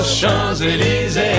Champs-Élysées